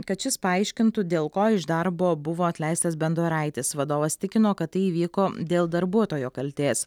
kad šis paaiškintų dėl ko iš darbo buvo atleistas bendoraitis vadovas tikino kad tai įvyko dėl darbuotojo kaltės